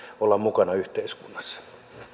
olla mukana yhteiskunnassa